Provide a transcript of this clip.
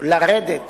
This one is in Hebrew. לרדת